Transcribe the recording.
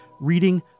reading